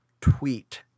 tweet